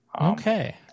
Okay